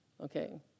okay